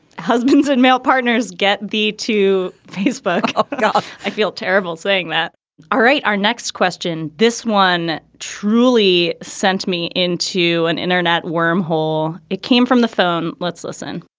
husbands and male partners get the to facebook. and i feel terrible saying that all right. our next question. this one truly sent me in to an internet worm hole. it came from the phone. let's listen